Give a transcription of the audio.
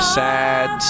sad